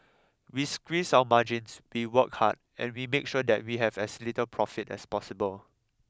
we squeeze our margins we work hard and we make sure that we have as little profit as possible